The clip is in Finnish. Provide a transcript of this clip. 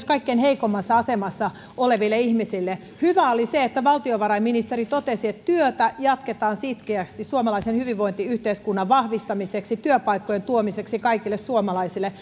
kaikkein heikoimmassa asemassa oleville ihmisille hyvää oli se että valtiovarainministeri totesi että työtä jatketaan sitkeästi suomalaisen hyvinvointiyhteiskunnan vahvistamiseksi ja työpaikkojen tuomiseksi kaikille suomalaisille